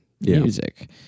music